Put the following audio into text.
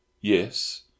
Yes